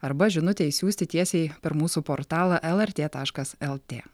arba žinutę išsiųsti tiesiai per mūsų portalą lrt taškas lt